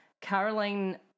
Caroline